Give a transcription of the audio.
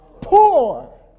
Poor